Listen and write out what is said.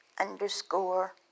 underscore